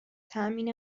تأمین